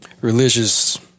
religious